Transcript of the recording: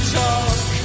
talk